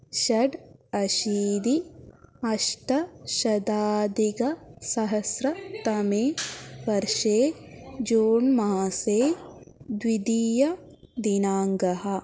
षडशीतिः अष्टशताधिकसहस्रतमे वर्षे जून् मासे द्वितीयदिनाङ्कः